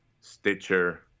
Stitcher